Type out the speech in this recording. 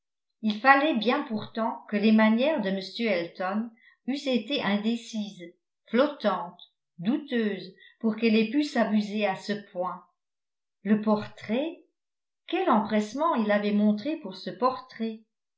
il fallait bien pourtant que les manières de m elton eussent été indécises flottantes douteuses pour qu'elle ait pu s'abuser à ce point le portrait quel empressement il avait montré pour ce portrait